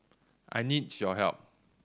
I need your help